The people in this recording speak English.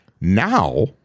Now